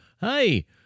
hey